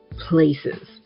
places